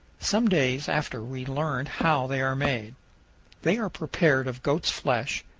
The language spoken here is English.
some days after we learned how they are made they are prepared of goat's flesh,